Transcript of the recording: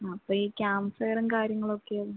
അപ്പം ഈ ക്യാമ്പ്ഫയറും കാര്യങ്ങളൊക്കെയോ